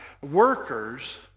workers